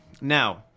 Now